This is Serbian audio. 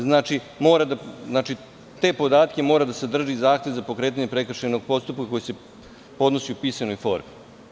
Znači, te podatke mora da sadrži zahtev za pokretanje prekršajnog postupak, koji se podnosi u pisanoj formi.